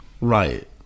right